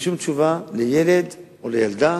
לילד או לילדה